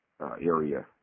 area